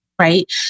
right